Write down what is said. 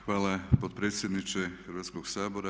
Hvala potpredsjedniče Hrvatskog sabora.